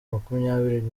makumyabiri